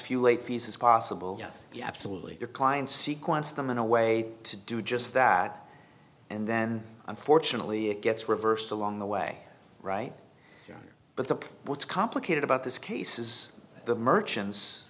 few late fees as possible yes absolutely your client sequence them in a way to do just that and then unfortunately it gets reversed along the way right here but the what's complicated about this case is the merchants